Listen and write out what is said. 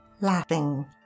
laughing